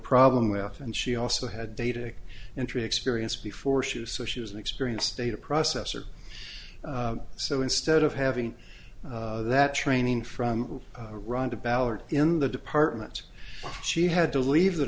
problem with and she also had data entry experience before she was so she was an experienced data processor so instead of having that training from run to ballard in the department she had to leave th